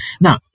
Now